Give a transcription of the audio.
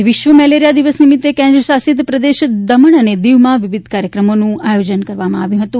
આજે વિશ્વ મેલેરિયા દિવસ નિમિત્તે કેન્દ્ર શાસિત પ્રદેશ દમણ અને દીવમાં વિવિધ કાર્યક્રમોનું આયોજન કરવામાં આવ્યું હતુ